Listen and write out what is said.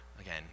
Again